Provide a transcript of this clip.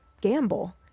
gamble